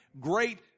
great